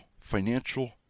financial